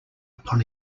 upon